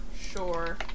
sure